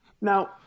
Now